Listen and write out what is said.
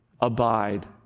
abide